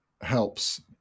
helps